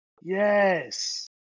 yes